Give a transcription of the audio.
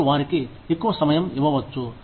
మీరు వారికి ఎక్కువ సమయం ఇవ్వవచ్చు